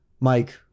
Mike